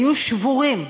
היו שבורים,